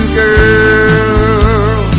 girl